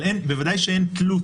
אבל בוודאי שאין תלות.